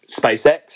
SpaceX